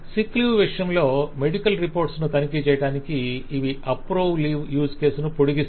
sick leave విషయం లో medical reports ను తనిఖీ చేయటానికి ఇవి అప్రూవ్ లీవ్ యూస్ కేసును పొడిగిస్తాయి